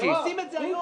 הם עושים את זה היום.